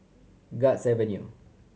Guards Avenue